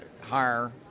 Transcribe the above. hire